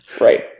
right